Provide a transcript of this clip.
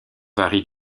varient